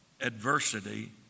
adversity